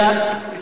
אלא?